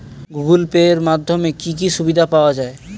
Google Pay এর মাধ্যমে কি কি সুবিধা পাওয়া যায়?